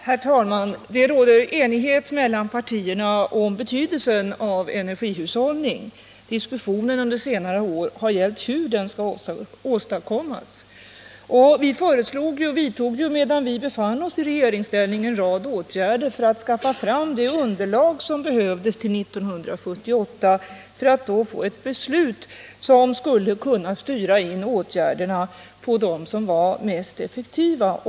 Herr talman! Det råder enighet mellan partierna om betydelsen av energihushållning. Diskussionen under senare år har gällt hur den bör åstadkommas. Vi vidtog medan vi befann oss i regeringsställning en rad åtgärder för att skaffa det behövliga underlaget för att till 1978 kunna få ett beslut, som skulle styra in insatserna på de åtgärder som är mest effektiva.